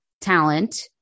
talent